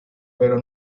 pero